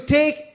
take